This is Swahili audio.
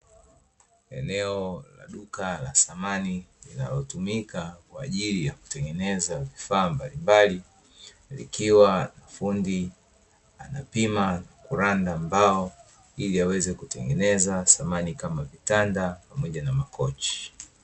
Eneo la duka la samani linalotumika kwaajili ya kutengeneza vifaa mbalimbali, likiwa fundi anapima na kuranda mbao ili aweze kutengeneza samani kama vile vitanda na makochi.